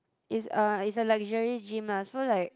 it's a it's a luxury gym lah so like